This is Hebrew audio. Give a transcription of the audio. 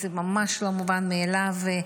זה ממש לא מובן מאליו,